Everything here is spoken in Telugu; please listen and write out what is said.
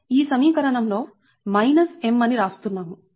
ఈ సమీకరణం లో మైనస్ M అని రాస్తున్నాము